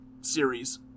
series